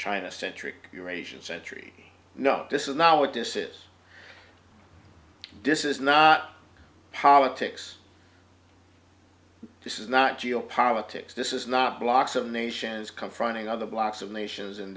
china centric eurasian century no this is not what this is disses not politics this is not geopolitics this is not blocks of nations confronting other blocks of nations